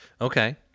Okay